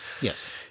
Yes